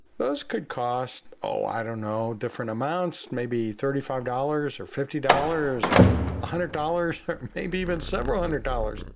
those could cost oh, i don't know different amounts, maybe thirty five dollars or fifty dollars or one ah hundred dollars, maybe even several hundred dollars,